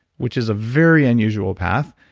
which is a very unusual path.